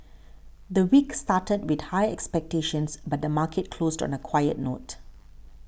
the week started with high expectations but the market closed on a quiet note